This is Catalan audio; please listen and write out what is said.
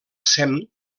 sem